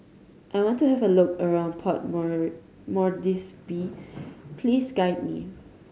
I want to have a look around Port Moresby please guide me